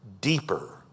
deeper